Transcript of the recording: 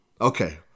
Okay